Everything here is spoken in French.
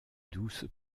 douce